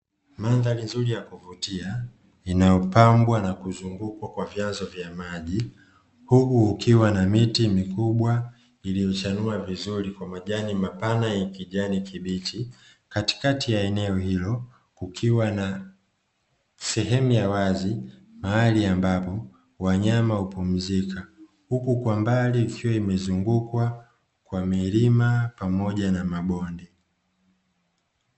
Mandhari nzuri ya kuvutia inayopambwa na kuzungukwa kwa vyanzo vya maji, huku kukiwa na miti mikubwa iliochanua vizuri kwa majani mapana ya kijani kibichi, katika ya eneo hilo kukiwa na sehemu ya wazi mahali ambapo wanyama hupumzika, huku kwa mbali kukiwa kumezungukwa kwa milima pamoja na mabonde.